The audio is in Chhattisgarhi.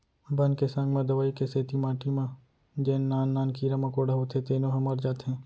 बन के संग म दवई के सेती माटी म जेन नान नान कीरा मकोड़ा होथे तेनो ह मर जाथें